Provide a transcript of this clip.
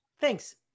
Thanks